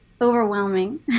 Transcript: overwhelming